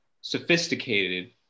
sophisticated